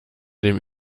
dem